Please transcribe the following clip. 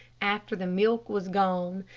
after the milk was gone,